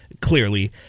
clearly